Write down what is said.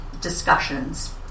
discussions